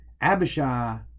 Abishai